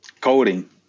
Coding